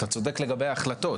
אתה צודק לגבי ההחלטות.